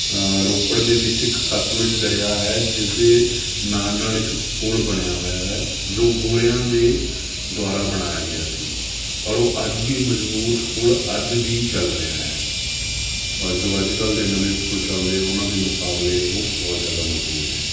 ਰੋਪੜ ਦੇ ਵਿੱਚ ਇੱਕ ਸਤਲੁਜ ਦਰਿਆ ਹੈ ਜਿਸਦੇ ਨਾਲ ਨਾਲ ਇੱਕ ਪੁਲ ਬਣਿਆ ਹੋਇਆ ਹੈ ਜੋ ਗੋਰਿਆਂ ਦੇ ਦੁਆਰਾ ਬਣਾਇਆ ਗਿਆ ਸੀ ਔਰ ਓਹ ਅੱਜ ਵੀ ਮਜਜ਼ਬੂਤ ਪੁਲ ਅੱਜ ਵੀ ਚੱਲ ਰਿਹਾ ਹੈ ਔਰ ਜੋ ਅੱਜ ਕੱਲ੍ਹ ਦੇ ਨਵੇਂ ਪੁਲ ਚਲਦੇ ਆ ਉਹਨਾਂ ਦੇ ਮੁਕਾਬਲੇ ਉਹ ਬਹੁਤ ਜ਼ਿਆਦਾ ਮਜ਼ਬੂਤ ਹੈ